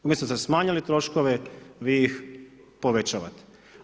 Umjesto da ste smanjili troškove, vi ih povećavate.